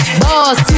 boss